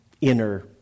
inner